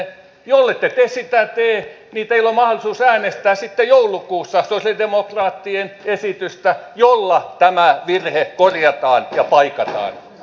jollette te sitä tee niin teillä on mahdollisuus äänestää sitten joulukuussa sosialidemokraattien esitystä jolla tämä virhe korjataan ja paikataan